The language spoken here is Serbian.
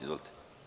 Izvolite.